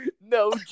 no